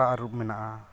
ᱠᱟᱴᱟ ᱟᱹᱨᱩᱵᱽ ᱢᱮᱱᱟᱜᱼᱟ